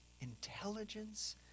intelligence